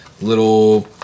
little